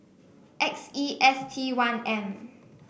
X E S T one M